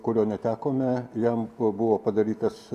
kurio netekome jam buvo padarytas